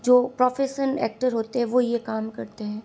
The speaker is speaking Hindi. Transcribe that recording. जो प्रोफेसन एक्टर होते हैं वो ये काम करते हैं